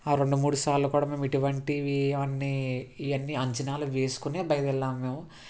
ఆ రెండు మూడు సార్లు కూడా మేము ఇటువంటివి అన్నీ ఇవన్నీ అంచనాల వేసుకోని బయలుదేరాం మేము